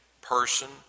person